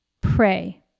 Pray